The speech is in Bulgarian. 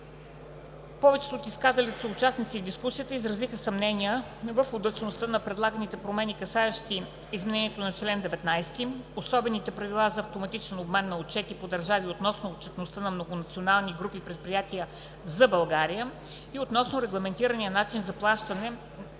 Повечето от изказалите се участници в дискусията обаче изразиха съмнения в удачността на предлаганите промени, касаещи изменението на чл. 19, особените правила за автоматичен обмен на отчети по държави относно отчетността на многонационалните групи предприятия за България и относно регламентирания начин за плащане